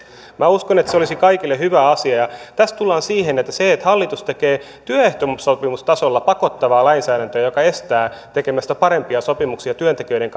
minä uskon että se olisi kaikille hyvä asia ja tässä tullaan siihen että kyllähän se että hallitus tekee työehtosopimustasolla pakottavaa lainsäädäntöä joka estää tekemästä parempia sopimuksia työntekijöiden